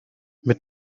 mit